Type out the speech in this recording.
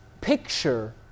picture